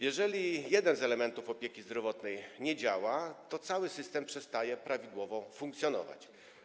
Jeżeli jeden z elementów opieki zdrowotnej nie działa, to cały system przestaje prawidłowo funkcjonować.